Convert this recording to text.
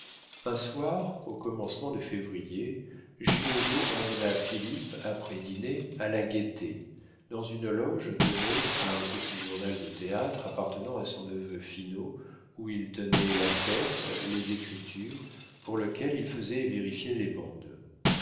un soir au commencement de février giroudeau emmena philippe après dîner à la gaîté dans une loge donnée à un petit journal de théâtre appartenant à son neveu finot où il tenait la caisse les écritures pour lequel il faisait et vérifiait les bandes